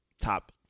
top